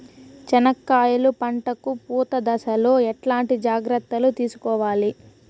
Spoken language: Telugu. చెనక్కాయలు పంట కు పూత దశలో ఎట్లాంటి జాగ్రత్తలు తీసుకోవాలి?